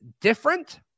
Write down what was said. different